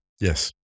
Yes